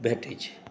भेटैत छै